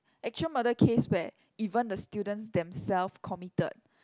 actual murder case where even the students themselves commited